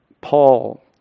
Paul